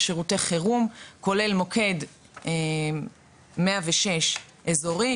בשירותי חירום כולל מוקד 106 אזורי,